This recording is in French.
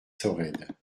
sorède